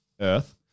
Earth